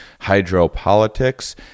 hydropolitics